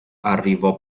arrivò